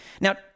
Now